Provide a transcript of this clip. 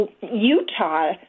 Utah